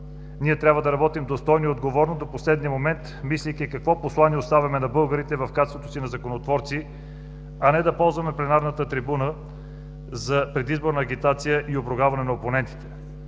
Ние трябва да работим достойно и отговорно до последния момент, мислейки какво послание оставяме на българите в качеството си на законотворци, а не да ползваме пленарната трибуна за предизборна агитация и обругаване на опонентите,